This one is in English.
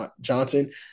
Johnson